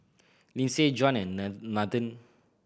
Lyndsay Juan and Nathen